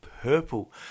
purple